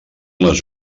les